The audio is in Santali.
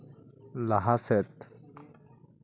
ᱞᱟᱦᱟ ᱥᱮᱫ